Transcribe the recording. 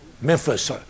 Memphis